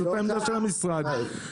העמדה של המשרד,